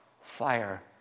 fire